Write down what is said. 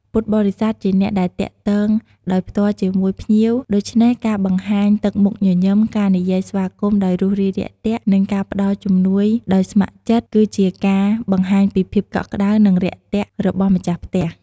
ក្នុងករណីខ្លះ បើមានការរៀបចំពីមុន ពុទ្ធបរិស័ទអាចជួយសម្របសម្រួលដល់ការធ្វើដំណើររបស់ភ្ញៀវ ដូចជាការរៀបចំរថយន្ត ឬមធ្យោបាយផ្សេងៗ ដើម្បីទៅដល់ទីអារាម ឬត្រឡប់ទៅផ្ទះវិញ។